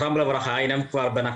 בוקר טוב,